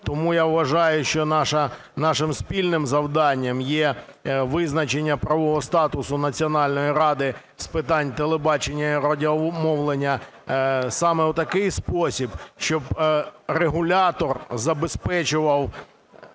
Тому я вважаю, що нашим спільним завданням є визначення правового статусу Національної ради з питань телебачення і радіомовлення саме в такий спосіб, щоб регулятор забезпечував